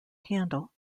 handle